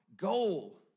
goal